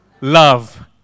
love